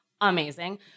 amazing